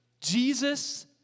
Jesus